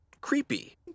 creepy